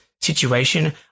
situation